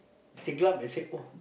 Siglap they say oh